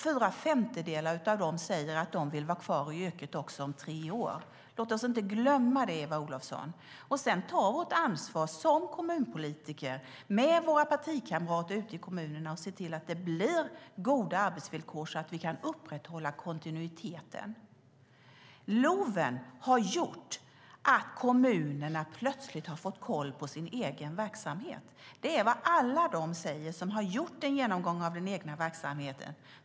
Fyra femtedelar av dem säger att de vill vara kvar i yrket också om tre år. Låt oss inte glömma det, Eva Olofsson, och sedan ta vårt ansvar som politiker med våra partikamrater ute i kommunerna och se till att det blir goda arbetsvillkor så att vi kan upprätthålla kontinuiteten. LOV:en har lett till att kommunerna plötsligt har fått koll på sin egen verksamhet. Det säger alla de som har gjort en genomgång av den egna verksamheten.